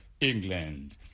england